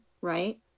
right